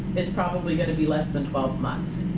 it's probably going to be less than twelve months,